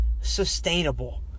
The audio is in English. sustainable